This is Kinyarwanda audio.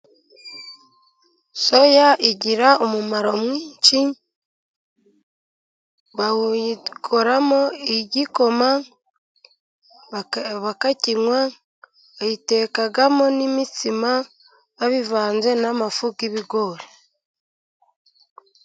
Soya igira umumaro mwinshi. Bayikoramo igikoma bakakinywa, bayitekamo n'imitsima babivanze n'amafu y'ibigori.